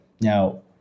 now